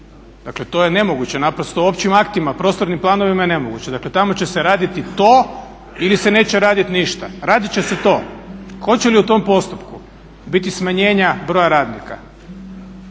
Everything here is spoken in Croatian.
dakle to je nemoguće naprosto općim aktima, prostornim planovima je nemoguće. Dakle tamo će se raditi to ili se neće radit ništa. Radit će se to. Hoće li u tom postupku biti smanjenja broja radnika